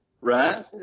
Right